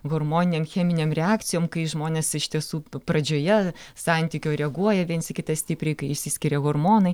hormoninėm cheminėm reakcijom kai žmonės iš tiesų pradžioje santykio reaguoja viens į kitą stipriai kai išsiskiria hormonai